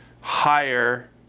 higher